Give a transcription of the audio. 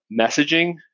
messaging